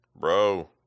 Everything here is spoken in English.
bro